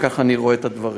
וככה אני רואה את הדברים.